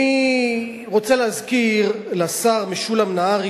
אני רוצה להזכיר לשר משולם נהרי,